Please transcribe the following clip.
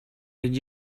did